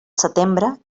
setembre